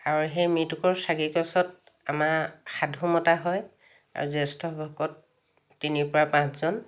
আৰু সেই মৃতকৰ চাকিগছত আমাৰ সাধু মতা হয় আৰু জ্যেষ্ঠ ভকত তিনিৰ পৰা পাঁচজন